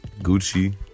Gucci